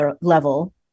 level